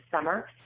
summer